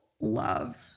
love